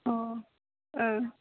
अ